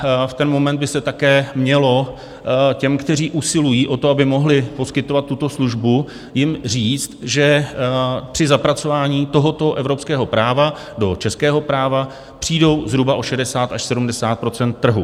V ten moment by se také mělo těm, kteří usilují o to, aby mohli poskytovat tuto službu, říct, že při zapracování tohoto evropského práva do českého práva přijdou zhruba o 60 až 70 % trhu.